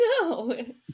No